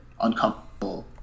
uncomfortable